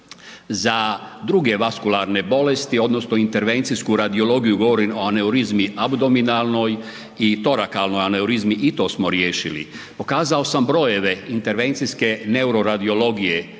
za druge vaskularne bolesti odnosno intervencijsku radiologiju, govorim o aneurizmi abdominalnoj i torakalnoj aneurizmi, i to smo riješili. Pokazao sam brojeve intervencijske neuroradiologije,